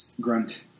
Grunt